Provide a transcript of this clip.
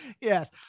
Yes